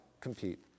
compete